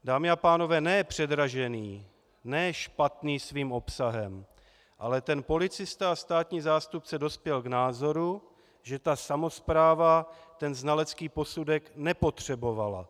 Dámy a pánové, ne předražený, ne špatný svým obsahem, ale ten policista a státní zástupce dospěl k názoru, že ta samospráva ten znalecký posudek nepotřebovala.